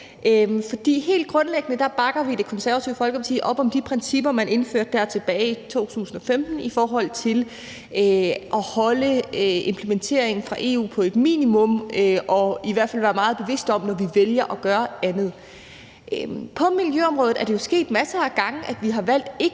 Helt grundlæggende bakker Det Konservative Folkeparti op om de principper, man indførte tilbage i 2015, i forhold til at holde implementering fra EU på et minimum og i hvert fald være meget bevidste om det, når vi vælger at gøre andet. På miljøområdet er det jo sket masser af gange, at vi har valgt ikke